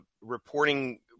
reporting